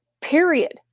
period